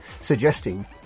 suggesting